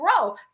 grow